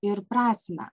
ir prasmę